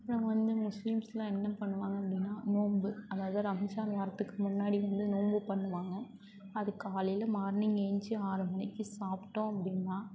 அப்புறம் வந்து மூஸ்லிம்ஸ்லாம் என்ன பண்ணுவாங்க அப்படினா நோம்பு அதாவது ரம்ஜான் வரதுக்கு முன்னாடியிலேருந்து நோம்பு பண்ணுவாங்க அது காலையில் மார்னிங் ஏழுந்ச்சி ஆறு மணிக்கு சாப்பிட்டோம் அப்படினா